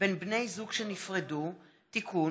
ביטוח בריאות ממלכתי (תיקון,